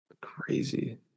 Crazy